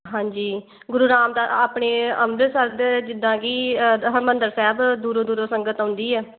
ਹਾਂਜੀ ਗੁਰੂ ਰਾਮਦਾਸ ਆਪਣੇ ਅੰਮ੍ਰਿਤਸਰ ਦੇ ਜਿੱਦਾਂ ਕਿ ਹਰਿਮੰਦਰ ਸਾਹਿਬ ਦੂਰੋਂ ਦੂਰੋਂ ਸੰਗਤ ਆਉਂਦੀ ਆ